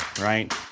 right